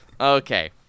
Okay